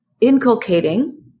inculcating